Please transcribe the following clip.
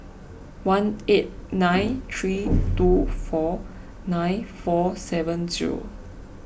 one eight nine three two four nine four seven zero